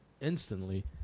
Instantly